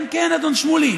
כן, כן, אדון שמולי.